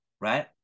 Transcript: right